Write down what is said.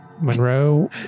Monroe